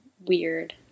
weird